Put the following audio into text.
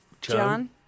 John